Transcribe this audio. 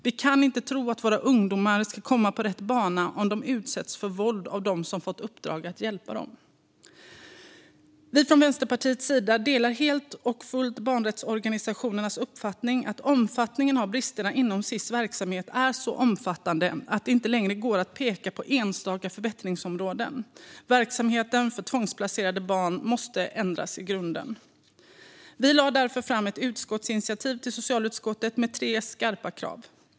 Vi kan inte tro att våra ungdomar ska komma på rätt bana om de utsätts för våld av dem som fått i uppdrag att hjälpa dem. Vänsterpartiet delar helt och fullt barnrättsorganisationernas uppfattning att bristerna inom Sis verksamhet är så omfattande att de inte längre går att peka på enstaka förbättringsområden. Verksamheten för tvångsplacerade barn måste ändras i grunden. Vi lade därför fram ett utskottsinitiativ till socialutskottet med tre skarpa krav.